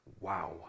Wow